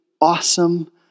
awesome